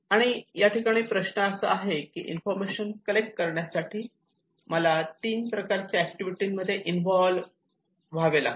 आणि या ठिकाणी प्रश्न असा आहे की इन्फॉर्मेशन कलेक्ट करण्यासाठी मला तीन प्रकारच्या ऍक्टिव्हिटी मध्ये इनव्हाव लागते